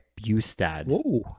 Bustad